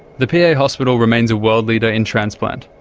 the pa yeah hospital remains a world leader in transplant,